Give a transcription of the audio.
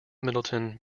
middleton